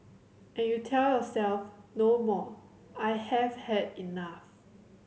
and you tell yourself no more I have had enough